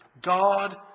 God